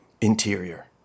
Interior